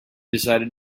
decided